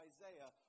Isaiah